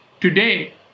Today